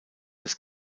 des